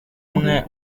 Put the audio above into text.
umwe